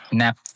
nap